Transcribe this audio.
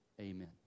Amen